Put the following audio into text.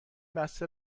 بسته